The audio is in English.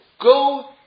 go